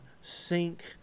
sink